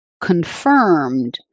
confirmed